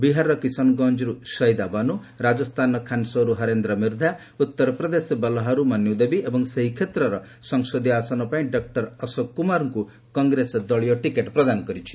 ବିହାରର କିଶସନଗଞ୍ଜରୁ ସଇଦାବାନୁ ରାଜସ୍ଥାନର ଖୀନସର୍ରୁ ହରେନ୍ଦ୍ର ମିର୍ଦ୍ଦା ଉତ୍ତରପ୍ରଦେଶ ବଲ୍ହାରୁ ମନ୍ୟୁ ଦେବୀ ଏବଂ ସେହି କ୍ଷେତ୍ରର ସଂସଦୀୟ ଆସନ ପାଇଁ ଡକ୍ଟର ଅଶୋକ କୁମାରଙ୍କୁ କଂଗ୍ରେସ ଦଳୀୟ ଟିକେଟ ପ୍ରଦାନ କରିଛି